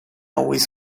always